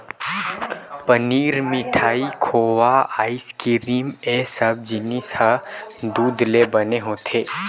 पनीर, मिठाई, खोवा, आइसकिरिम ए सब जिनिस ह दूद ले बने होथे